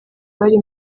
bari